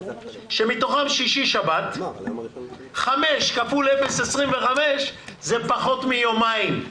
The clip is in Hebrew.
שמתוכם שישי-שבת, 5 כפול 0.25 זה פחות מיומיים.